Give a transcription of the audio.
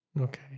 Okay